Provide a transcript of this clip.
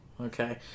Okay